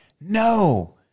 no